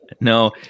No